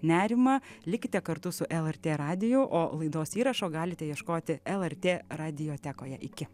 nerimą likite kartu su lrt radijo laidos įrašo galite ieškoti lrt radio tekoje iki